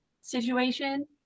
situation